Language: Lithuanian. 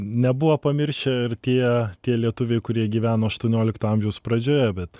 nebuvo pamiršę ir tie tie lietuviai kurie gyveno aštuoniolikto amžiaus pradžioje bet